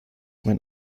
mein